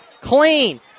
clean